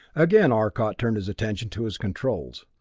again arcot turned his attention to his controls.